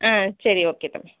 ஆ சரி ஓகே தம்பி